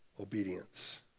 obedience